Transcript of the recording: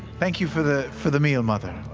thank you for the for the meal, mother.